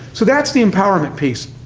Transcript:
so that's the empowerment piece.